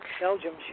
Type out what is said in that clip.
Belgium